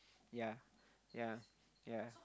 yeah yeah yeah